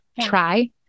try